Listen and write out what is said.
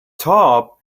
top